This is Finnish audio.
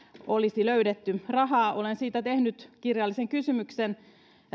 olisi löydetty rahaa olen siitä tehnyt kirjallisen kysymyksen